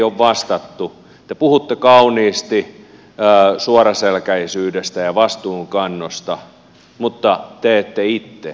te puhutte kauniisti suoraselkäisyydestä ja vastuun kannosta mutta te ette itse tee sitä